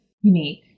unique